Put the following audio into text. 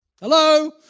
Hello